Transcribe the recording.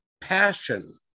passion